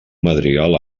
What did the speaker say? madrigal